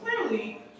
clearly